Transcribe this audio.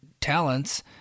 talents